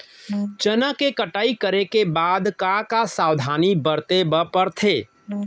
चना के कटाई करे के बाद का का सावधानी बरते बर परथे?